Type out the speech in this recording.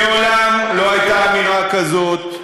מעולם לא הייתה אמירה כזאת,